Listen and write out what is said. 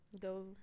go